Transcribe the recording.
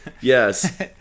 Yes